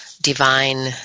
divine